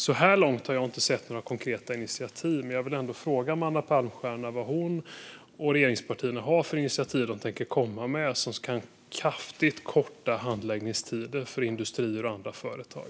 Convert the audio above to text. Så här långt har jag inte sett några konkreta initiativ, men jag vill ändå fråga Amanda Palmstierna vad hon och regeringspartierna har för initiativ de tänker komma med som kan kraftigt korta handläggningstiderna för industrier och andra företag.